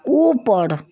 ऊपर